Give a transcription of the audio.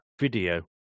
video